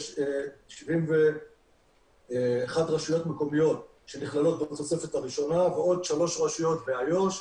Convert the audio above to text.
יש 71 רשויות מקומיות שנכללות בתוספת הראשונה ועוד שלוש רשויות באיו"ש,